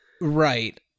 Right